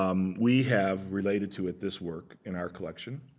um we have, related to it, this work in our collection.